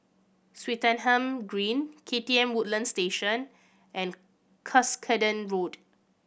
Swettenham Green K T M Woodlands Station and Cuscaden Road